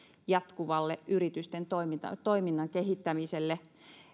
jatkuvalle yritysten toiminnan kehittämiselle